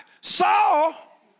Saul